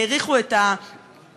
האריכו את ההתמחות,